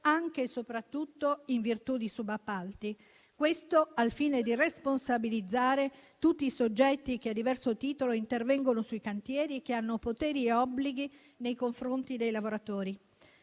anche e soprattutto in virtù di subappalti. Questo al fine di responsabilizzare tutti i soggetti che a diverso titolo intervengono sui cantieri e hanno poteri e obblighi nei confronti dei lavoratori.